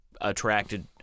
attracted